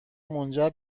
منجر